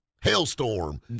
hailstorm